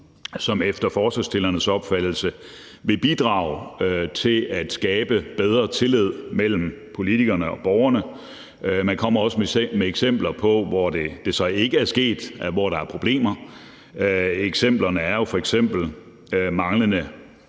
som efter forslagsstillernes opfattelse vil bidrage til at skabe bedre tillid mellem politikerne og borgerne. Man kommer også med eksempler, hvor det så ikke er sket; hvor der er problemer. Eksemplerne er f.eks. manglende